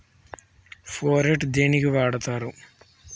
Phorate దేనికి వాడుతరు?